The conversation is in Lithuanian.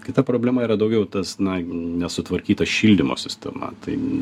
kita problema yra daugiau tas na nesutvarkyta šildymo sistema tai